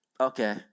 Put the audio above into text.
Okay